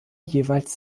jeweils